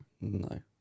No